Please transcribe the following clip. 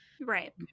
Right